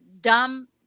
dumb